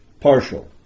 partial